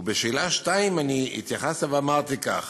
בשאלה 2 התייחסתי ואמרתי כך: